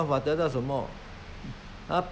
不要每次拿什么东西都来比